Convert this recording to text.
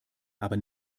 aber